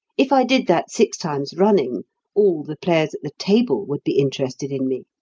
if i did that six times running all the players at the table would be interested in me.